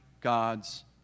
God's